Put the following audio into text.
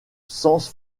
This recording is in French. sens